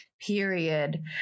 period